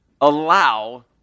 allow